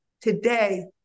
today